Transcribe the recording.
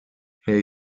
hey